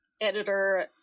editor